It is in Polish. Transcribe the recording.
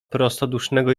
prostodusznego